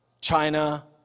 China